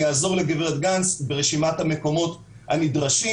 אני אעזור לגברת גנס ברשימת המקומות הנדרשים